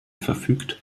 verfügt